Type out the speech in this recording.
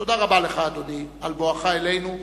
תודה רבה לך, אדוני, על בואך אלינו,